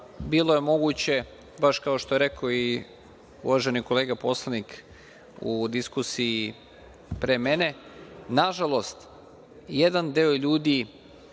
bilo je moguće, baš kao što je rekao i uvaženi kolega poslanik u diskusiji pre mene, nažalost jedan deo ljudi